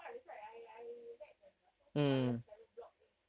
tu lah that's why I I read at the apa halal travel blogs mm